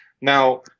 Now